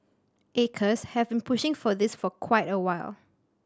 acres has been pushing for this for quite a while